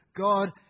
God